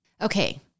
Okay